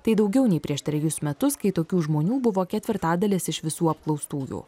tai daugiau nei prieš trejus metus kai tokių žmonių buvo ketvirtadalis iš visų apklaustųjų